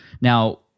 Now